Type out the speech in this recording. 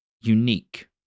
unique